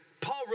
Paul